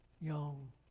young